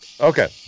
Okay